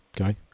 okay